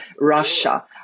Russia